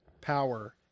power